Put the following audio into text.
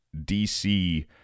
DC